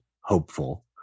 hopeful